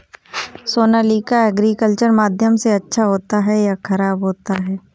Sonalika agriculture माध्यम से अच्छा होता है या ख़राब होता है?